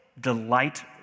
delight